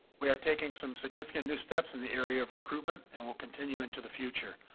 we are taking some significant new steps in the area of recruitment and will continue into the future.